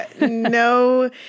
No